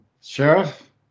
Sheriff